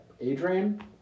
Adrian